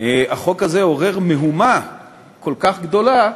החוק הזה עורר מהומה כל כך גדולה,